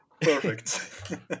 Perfect